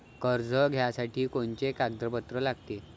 कर्ज घ्यासाठी कोनचे कागदपत्र लागते?